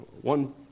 One